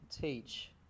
teach